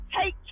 take